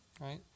right